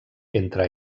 entre